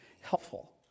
helpful